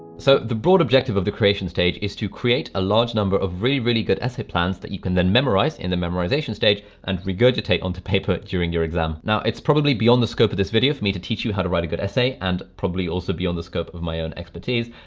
so the broad objective of the creation stage is to create a large number of really really good essay plans that you can then memorize in the memorization stage and regurgitate onto paper during your exam. now, it's probably beyond the scope of this video for me to teach you how to write a good essay and probably also beyond the scope of my own expertise.